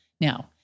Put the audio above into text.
Now